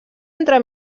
entre